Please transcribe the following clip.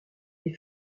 est